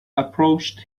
approached